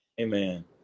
Amen